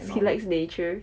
he likes nature